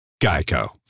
Geico